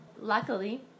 Luckily